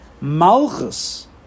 Malchus